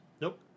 Nope